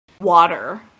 water